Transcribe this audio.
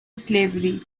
slavery